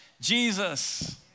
Jesus